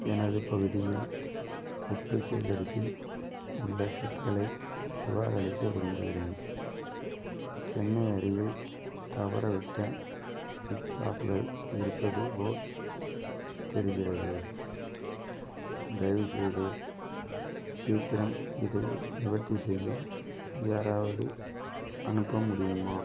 எனது பகுதியில் குப்பை சேகரிப்பில் உள்ள சிக்கலைப் புகாரளிக்க விரும்புகிறேன் சென்னை அருகில் தவறவிட்ட பிக்அப்கள் இருப்பது போல் தெரிகிறது தயவு செய்து சீக்கிரம் இதை நிவர்த்தி செய்ய யாராவது அனுப்ப முடியுமா